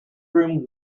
room